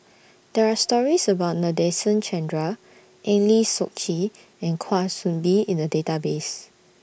There Are stories about Nadasen Chandra Eng Lee Seok Chee and Kwa Soon Bee in The Database